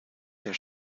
der